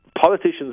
politicians